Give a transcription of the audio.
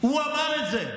הוא אמר את זה.